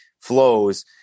flows